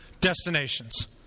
destinations